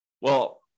well-